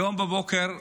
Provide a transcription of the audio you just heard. היום בבוקר,